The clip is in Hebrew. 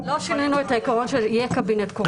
--- אבל לא שינינו את העיקרון שיהיה קבינט קורונה.